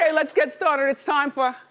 let's get started, it's time for.